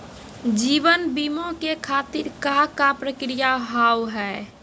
जीवन बीमा के खातिर का का प्रक्रिया हाव हाय?